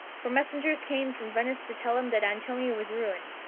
for messengers came from venice to tell him that antonio was ruined,